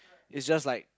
is just like